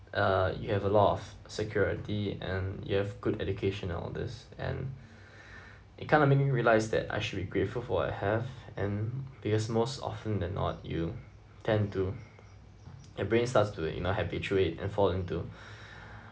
uh you have a lot of security and you have good education and all this and it kind of made me realised that I shall be grateful for I have and because most often than not you tend to your brain starts to the you know habituate and fall into